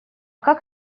как